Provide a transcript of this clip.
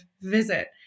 visit